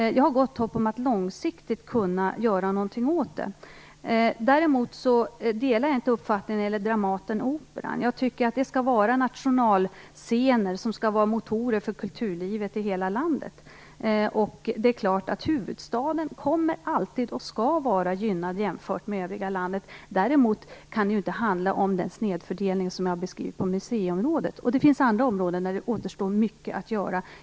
Jag har gott hopp om att långsiktigt kunna göra något åt det. Däremot delar jag inte uppfattningen om Dramaten och Operan. Jag tycker att de skall vara nationalscener och motorer för kulturlivet i hela landet. Det är klart att huvudstaden alltid kommer att, och skall, vara gynnad jämfört med övriga landet. Men det kan inte handla om den snedfördelning som jag har beskrivit på museiområdet. Det finns också andra områden där det återstår mycket att göra.